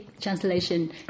translation